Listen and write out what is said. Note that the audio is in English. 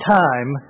time